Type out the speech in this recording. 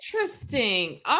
interesting